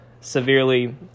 severely